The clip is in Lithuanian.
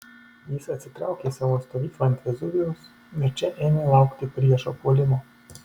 jis atsitraukė į savo stovyklą ant vezuvijaus ir čia ėmė laukti priešo puolimo